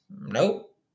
nope